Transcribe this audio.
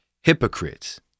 hypocrites